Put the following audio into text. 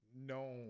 No